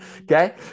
okay